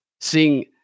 seeing